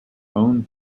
own